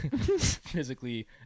Physically